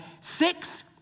six